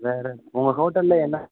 வேறு உங்கள் ஹோட்டலில் என்ன